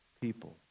people